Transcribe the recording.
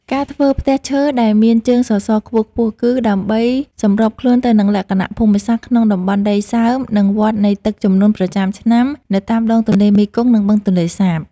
ការធ្វើផ្ទះឈើដែលមានជើងសសរខ្ពស់ៗ គឺដើម្បីសម្របខ្លួនទៅនឹងលក្ខណៈភូមិសាស្ត្រក្នុងតំបន់ដីសើម និងវដ្តនៃទឹកជំនន់ប្រចាំឆ្នាំនៅតាមដងទន្លេមេគង្គ និងបឹងទន្លេសាប។